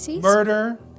Murder